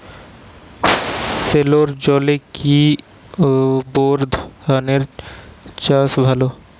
সেলোর জলে কি বোর ধানের চাষ ভালো?